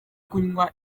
kunywa